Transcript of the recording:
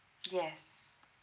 yes